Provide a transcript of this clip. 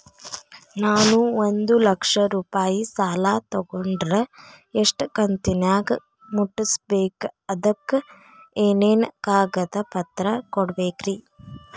ನಾನು ಒಂದು ಲಕ್ಷ ರೂಪಾಯಿ ಸಾಲಾ ತೊಗಂಡರ ಎಷ್ಟ ಕಂತಿನ್ಯಾಗ ಮುಟ್ಟಸ್ಬೇಕ್, ಅದಕ್ ಏನೇನ್ ಕಾಗದ ಪತ್ರ ಕೊಡಬೇಕ್ರಿ?